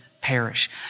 perish